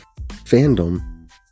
Fandom